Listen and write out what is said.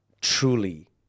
truly